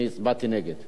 אני הצבעתי נגד.